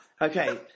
Okay